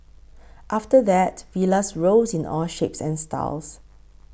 after that Villas rose in all shapes and styles